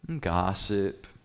gossip